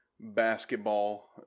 basketball